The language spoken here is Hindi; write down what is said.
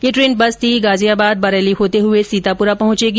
यह ट्रेन बस्ती गाजियाबाद बरेली होते हुए सीतापुरा पहुंचेगी